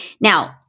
Now